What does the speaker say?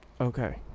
Okay